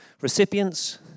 recipients